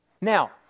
Now